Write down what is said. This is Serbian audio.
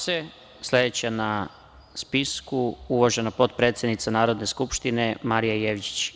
Sledeća na spisku je uvažena potpredsednica Narodne skupštine, Marija Jevđić.